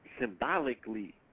symbolically